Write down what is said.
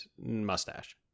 mustache